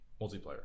Multiplayer